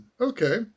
okay